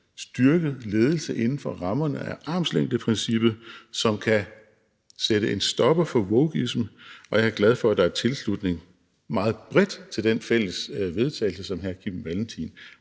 styrket ledelse inden for rammerne af armslængdeprincippet, som kan sætte en stopper for wokeism, og jeg er glad for, at der er tilslutning meget bredt til det fælles forslag til vedtagelse, som hr. Kim Valentin